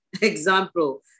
Example